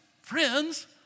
friends